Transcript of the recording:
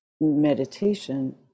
meditation